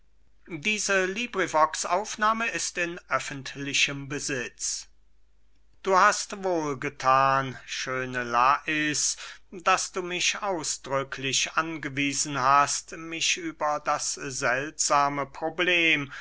xxvi aristipp an lais du hast wohl gethan schöne lais daß du mich ausdrücklich angewiesen hast mich über das seltsame problem